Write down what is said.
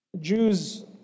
Jews